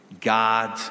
God